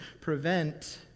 prevent